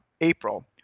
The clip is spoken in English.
April